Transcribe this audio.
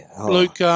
Luke –